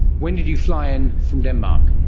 when did you fly in from denmark?